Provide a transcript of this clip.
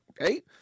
Okay